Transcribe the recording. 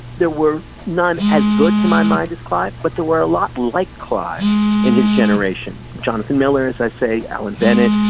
there were none as good to my mind as clive. but there were a lot like clive in his generation. jonathan miller, as i say, alan bennett,